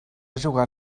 jugar